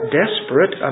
desperate